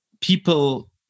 people